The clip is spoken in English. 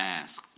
ask